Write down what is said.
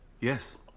Yes